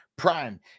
Prime